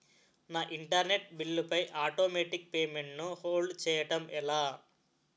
నా internet bill పై automatic payment ను హోల్డ్ చేయటం ఎలా?